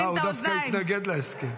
לא, הוא דווקא התנגד להסכם.